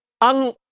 ang